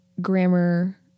grammar